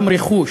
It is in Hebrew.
גם רכוש,